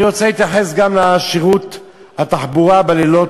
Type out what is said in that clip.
אני רוצה גם להתייחס לשירות התחבורה בלילות.